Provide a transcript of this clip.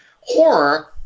horror